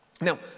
Now